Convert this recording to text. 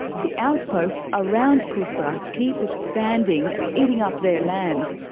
the outposts around kusra keep expanding, eating up their land.